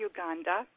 Uganda